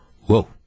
Whoa